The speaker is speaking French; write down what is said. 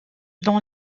dans